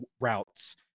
routes